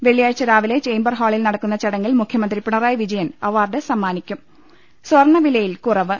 വെള്ളിയാഴ്ച രാവിലെ ചേമ്പർ ഹാളിൽ നടക്കുന്ന ചടങ്ങിൽ മുഖ്യമന്ത്രി പിണറായി വിജയൻ അവാർഡ് സമ്മാനിക്കും സ്വർണ വിലയിൽ കുറവ്